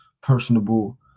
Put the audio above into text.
personable